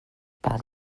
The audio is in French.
par